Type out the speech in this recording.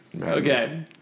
Okay